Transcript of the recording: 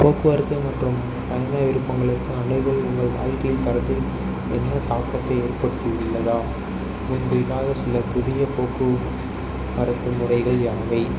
போக்குவரத்து மற்றும் பயண விருப்பங்களுக்கு அணுகல் உங்கள் வாழ்க்கையின் தரத்தில் என்ன தாக்கத்தை ஏற்படுத்தியுள்ளதா முன்பு இல்லாத சில புதிய போக்குவரத்து முறைகள் யாவை